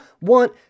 want